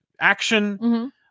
action